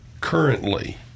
currently